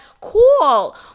cool